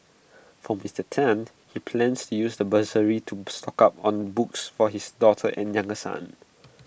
for Mister Tan he plans to use the bursary to stock up on books for his daughter and younger son